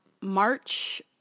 March